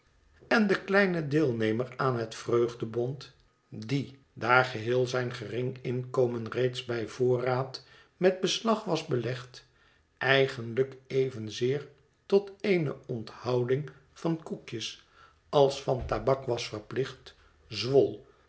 en de kleine deelnemer aan het vreugdebond die daar geheel zijn gering inkomen reeds bij voorraad met beslag was belegd eigenlijk evenzeer tot eene onthouding van koekjes als van tabak was verplicht zwol